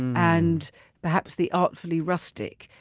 and perhaps the artfully rustic.